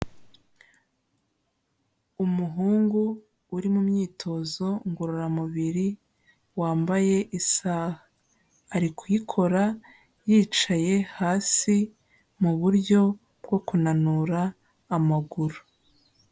Umuhungu uri mu myitozo ngororamubiri wambaye isaha, ari kuyikora yicaye hasi mu buryo bwo kunanura amaguru.